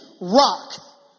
rock